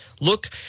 Look